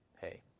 hey